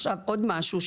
עכשיו עוד משהו,